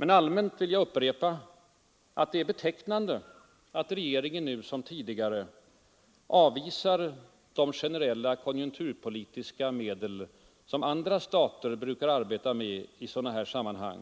Men allmänt vill jag upprepa att det är betecknande att regeringen nu som tidigare avvisar de generella konjunkturpolitiska medel som andra stater brukar arbeta med i sådana här sammanhang,